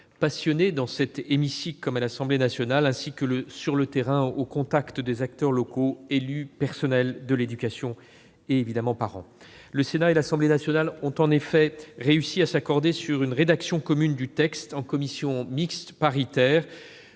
passionnées, dans cet hémicycle, comme à l'Assemblée nationale, ainsi que sur le terrain, au contact des acteurs locaux : élus, personnel de l'éducation et, évidemment, parents. Le Sénat et l'Assemblée nationale ont réussi à s'accorder sur une rédaction commune du texte en commission mixte paritaire,